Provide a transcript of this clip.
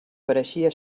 pareixia